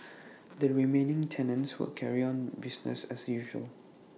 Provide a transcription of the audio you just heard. the remaining tenants will carry on business as usual